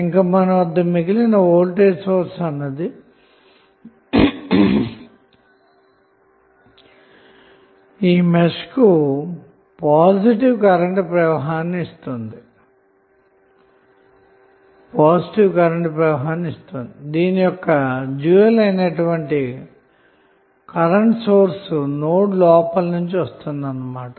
ఇంక మన వద్ద మిగిలిన వోల్టేజ్ సోర్స్ అన్నది ఈ మెష్కు పాజిటివ్ కరెంటు ప్రవాహాన్ని ఇస్తోంది దీని కి డ్యూయల్ అయిన కరెంటు సోర్స్ నోడ్ లోపల నుంచి వస్తుంది అన్న మాట